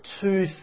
two